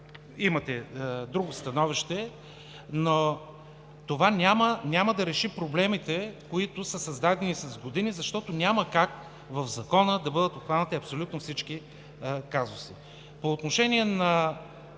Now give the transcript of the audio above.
имате друго становище, но това няма да реши проблемите, които са създадени с години, защото няма как в Закона да бъдат обхванати абсолютно всички казуси.